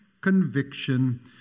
conviction